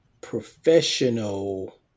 professional